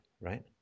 right